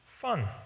fun